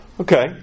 Okay